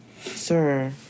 sir